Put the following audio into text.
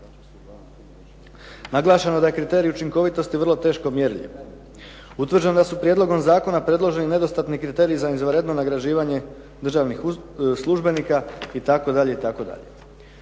Naglašeno je da je kriterij učinkovitosti vrlo teško mjerljiv. Utvrđeno je da su prijedlogom zakona predloženi nedostatni kriteriji za izvanredno nagrađivanje državnih službenika itd.